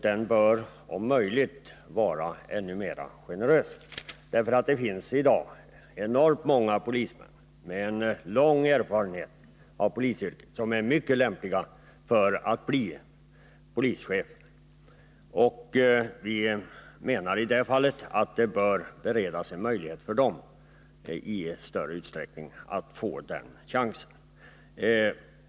Den bör om möjligt också vara ännu mera generös, därför att det i dag finns enormt många polismän med lång erfarenhet av polisyrket som är mycket lämpliga för att bli polischefer. Vi menar att dessa polismän i större utsträckning bör ges den chansen.